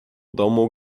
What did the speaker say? domu